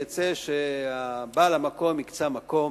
יצא שבעל המקום הקצה מקום,